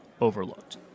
overlooked